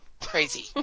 Crazy